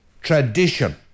tradition